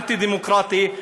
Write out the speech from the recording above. אנטי-דמוקרטי,